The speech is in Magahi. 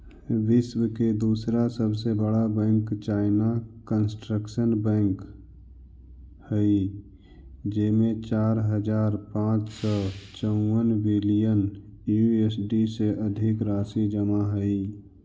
विश्व के दूसरा सबसे बड़ा बैंक चाइना कंस्ट्रक्शन बैंक हइ जेमें चार हज़ार पाँच सौ चउवन बिलियन यू.एस.डी से अधिक राशि जमा हइ